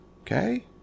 okay